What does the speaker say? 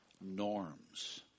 norms